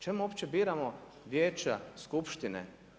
Čemu uopće biramo vijeća, skupštine?